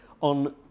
On